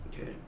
okay